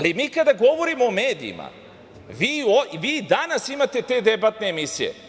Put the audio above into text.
Mi kada govorimo medijima, vi i danas imate te debatne emisije.